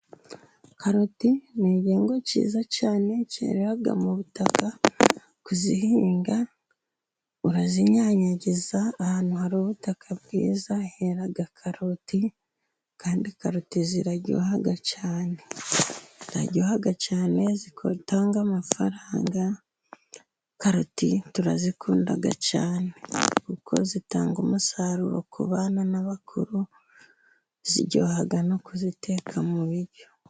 Karoti ni igihingwa cyiza cyane kerera mu butaka, kuzihinga urazinyanyagiza ahantu hari ubutaka bwiza hera karoti, kandi karoti ziraryoha cyane ziraryoha cyane zitanga amafaranga, karoti turazikunda cyane kuko zitanga umusaruro ku bana n'abakuru, ziryoha no kuziteka mu biryo.